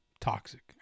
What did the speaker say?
toxic